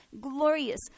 glorious